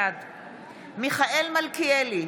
בעד מיכאל מלכיאלי,